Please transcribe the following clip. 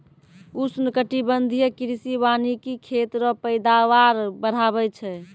उष्णकटिबंधीय कृषि वानिकी खेत रो पैदावार बढ़ाबै छै